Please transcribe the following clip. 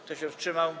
Kto się wstrzymał?